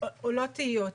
עולות תהיות.